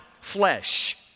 flesh